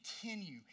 Continue